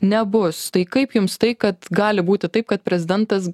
nebus tai kaip jums tai kad gali būti taip kad prezidentas